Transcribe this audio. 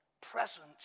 present